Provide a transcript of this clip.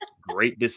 great